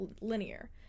linear